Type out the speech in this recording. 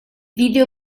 video